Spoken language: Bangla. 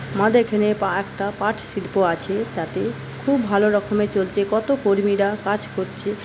আমাদের এখানে পা একটা পাট শিল্প আছে তাতে খুব ভালো রকমে চলছে কত কর্মীরা কাজ করছে